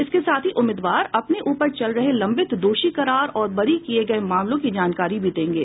इसके साथ ही उम्मीदवार अपने उपर चल रहे लंबित दोषी करार और बरी किये गये मामलों की जानकारी भी देंगे